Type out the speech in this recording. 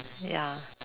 ya